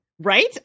Right